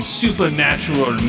supernatural